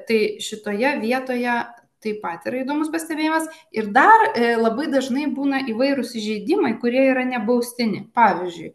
tai šitoje vietoje taip pat yra įdomus pastebėjimas ir dar labai dažnai būna įvairūs įžeidimai kurie yra nebaustini pavyzdžiui